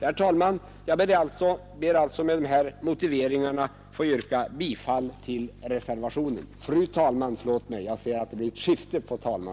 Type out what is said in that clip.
Fru talman, Jag ber alltså med dessa motiveringar att få yrka bifall till reservationen.